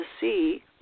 see